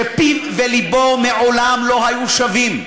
שפיו ולבו מעולם לא היו שווים,